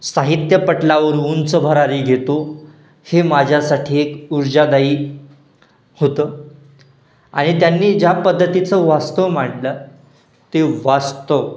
साहित्य पटलावर उंच भरारी घेतो हे माझ्यासाठी एक ऊर्जादायी होतं आणि त्यांनी ज्या पद्धतीचं वास्तव मांडलं ते वास्तव